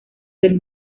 del